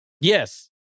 Yes